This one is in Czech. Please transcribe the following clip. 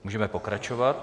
Můžeme pokračovat.